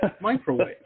microwave